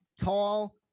tall